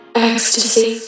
ecstasy